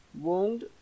wound